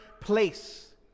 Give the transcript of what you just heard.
place